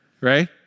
right